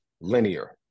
linear